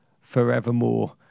forevermore